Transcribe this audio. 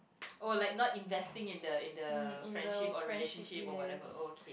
oh like not investing in the in the friendship or relationship or whatever oh